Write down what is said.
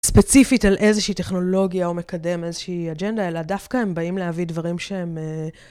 ספציפית על איזושהי טכנולוגיה, או מקדם איזושהי אג'נדה, אלא דווקא הם באים להביא דברים שהם...